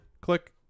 click